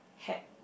hat